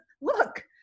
look